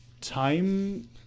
time